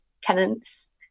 tenants